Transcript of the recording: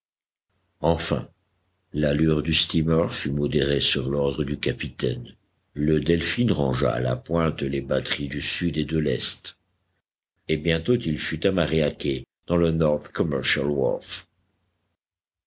enfin l'allure du steamer fut modérée sur l'ordre du capitaine le delphin rangea à la pointe les batteries du sud et de l'est et bientôt il fut amarré à quai dans le north commercial wharf